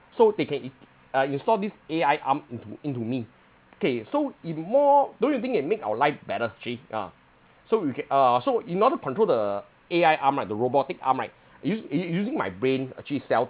so they can in uh install this A_I arm into into me okay so if more don't you think it make our life better actually ah so you can uh so in order to control the A_I arm right the robotic arm right it use use using my brain actually self